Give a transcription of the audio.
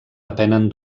depenen